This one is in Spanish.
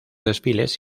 desfiles